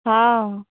हँ